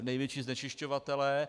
Největší znečišťovatelé.